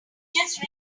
just